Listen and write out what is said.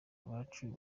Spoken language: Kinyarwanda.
abacu